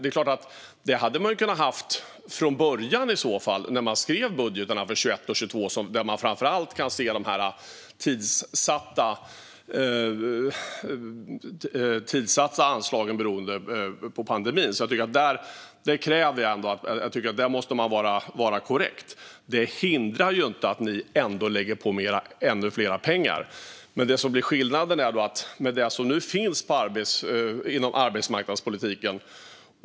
Det hade man ju i så fall kunnat ha från början när man skrev budgetarna för 2021 och 2022, där man framför allt kan se de tidssatta anslagen som berodde på pandemin. Där tycker jag att man måste vara korrekt. Detta hindrar inte att ni ändå lägger på mer pengar. Det som blir skillnaden är det som finns inom arbetsmarknadspolitiken.